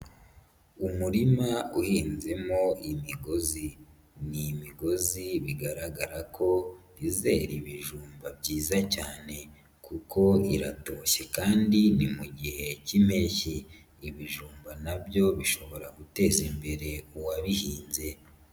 Umurima uhinzemo imigozi, ni imigozi bigaragara ko izera ibijumba byiza cyane kuko iratoshye kandi ni mu gihe cy'impeshyi, ibijumba na byo bishobora gutezambere uwabihinbye.